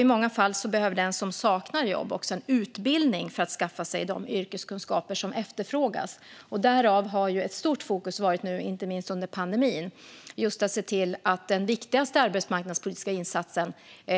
I många fall behöver den som saknar jobb en utbildning för att skaffa sig de yrkeskunskaper som efterfrågas. Därför har det nu, inte minst under pandemin, varit ett stort fokus på att se till att den viktigaste arbetsmarknadspolitiska insatsen